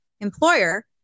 employer